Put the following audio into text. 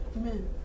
Amen